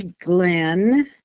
Glenn